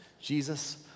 Jesus